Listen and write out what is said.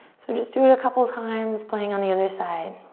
so just do it a couple of times, playing on the other side.